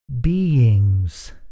beings